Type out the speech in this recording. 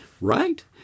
right